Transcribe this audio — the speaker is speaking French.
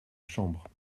chambre